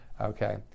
okay